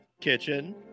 Kitchen